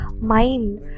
mind